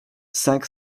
cinq